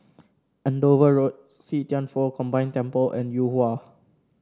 Andover Road See Thian Foh Combine Temple and Yuhua